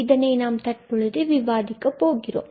இதனை நாம் தற்பொழுது விவாதிக்கப் போகிறோம்